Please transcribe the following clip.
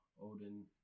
Odin